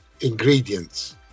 ingredients